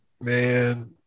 man